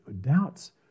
Doubts